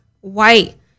white